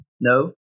No